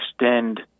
extend